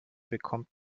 bekommt